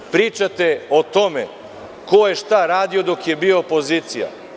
Pričate o tome ko je šta radio dok je bio opozicija.